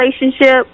relationship